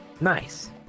Nice